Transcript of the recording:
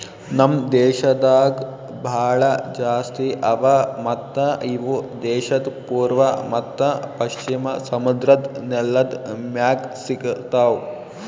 ನಮ್ ದೇಶದಾಗ್ ಭಾಳ ಜಾಸ್ತಿ ಅವಾ ಮತ್ತ ಇವು ದೇಶದ್ ಪೂರ್ವ ಮತ್ತ ಪಶ್ಚಿಮ ಸಮುದ್ರದ್ ನೆಲದ್ ಮ್ಯಾಗ್ ಸಿಗತಾವ್